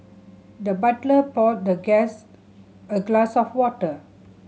the butler poured the guest a glass of water